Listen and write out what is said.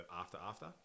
after-after